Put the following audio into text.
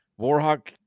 Warhawk